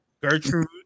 Gertrude